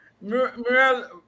muriel